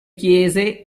chiese